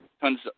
Tons